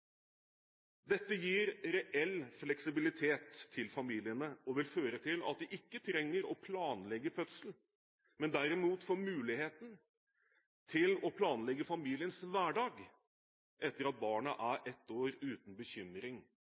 Dette gir reell fleksibilitet til familiene og vil føre til at de ikke trenger å planlegge fødselen, men derimot får muligheten til å planlegge familiens hverdag etter at barnet er ett år, uten bekymring